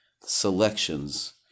selections